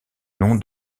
nom